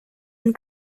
and